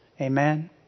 Amen